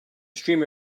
streamer